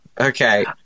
Okay